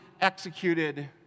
executed